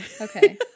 okay